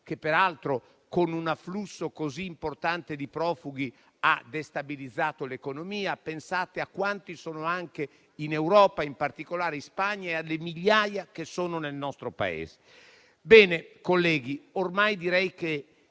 che peraltro, con un afflusso così importante di profughi, ha visto destabilizzare la propria economia. Pensate a quanti sono anche in Europa, in particolare in Spagna, e alle migliaia che sono nel nostro Paese. Colleghi, direi che